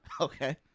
Okay